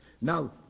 now